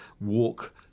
walk